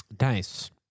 Nice